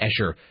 Escher